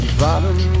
bottom